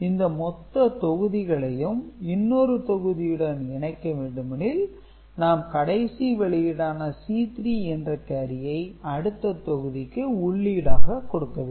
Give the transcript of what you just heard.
இந்த மொத்த தொகுதிகளையும் இன்னொரு தொகுதியுடன் இணைக்க வேண்டுமெனில் நாம் கடைசி வெளியீடான C 3 என்ற கேரியை அடுத்த தொகுதிக்கு உள்ளீடாக கொடுக்க வேண்டும்